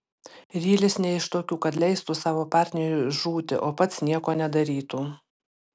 rylis ne iš tokių kad leistų savo partneriui žūti o pats nieko nedarytų